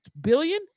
billion